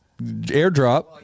airdrop